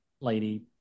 Lady